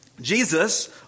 Jesus